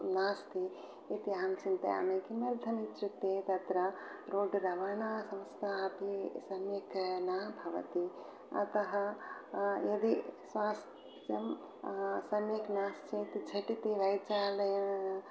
नास्ति इति अहं चिन्तयामि किमर्थम् इत्युक्ते तत्र रोड् रवना संस्था अपि सम्यक् न भवति अतः यदि स्वास्थ्यं सम्यक् नास्ति चेत् झटिति वैद्यालय